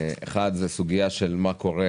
ראשית, מה קורה